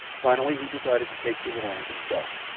finally he decided to take to the land himself,